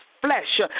flesh